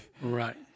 Right